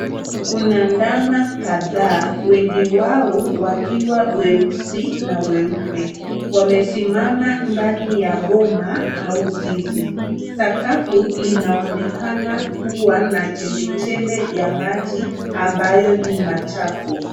Kuna ndama kadhaa wengi wao wakiwa weusi na weupe wamesimama ndani ya boma au zizi. Sakafu inaonekana kuwa na chembechembe ya maji ambayo ni machafu.